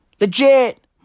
Legit